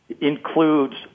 includes